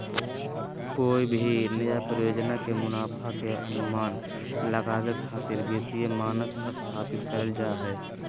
कोय भी नया परियोजना के मुनाफा के अनुमान लगावे खातिर वित्तीय मानक स्थापित करल जा हय